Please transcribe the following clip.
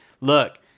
look